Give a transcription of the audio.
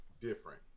different